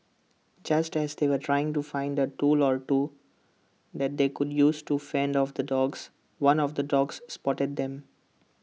just as they were trying to find A tool or two that they could use to fend off the dogs one of the dogs spotted them